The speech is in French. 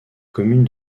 commune